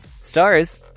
stars